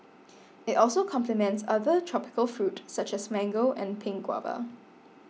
it also complements other tropical fruit such as mango and pink guava